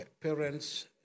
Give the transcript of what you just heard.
parents